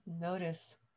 Notice